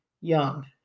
young